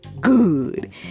good